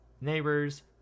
neighbors